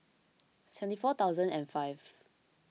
seventy four thousand and five